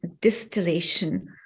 distillation